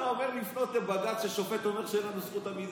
אתה אומר לפנות לבג"ץ כששופט אומר שאין לנו זכות עמידה?